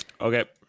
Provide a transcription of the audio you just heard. Okay